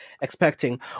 expecting